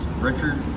Richard